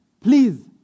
please